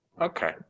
Okay